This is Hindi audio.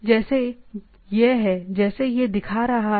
जैसे यह है जैसे यह दिखा रहा था